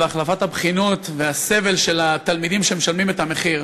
החלפת הבחינות והסבל של התלמידים שמשלמים את המחיר.